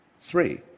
three